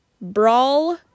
brawl